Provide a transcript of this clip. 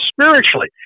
spiritually